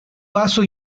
paso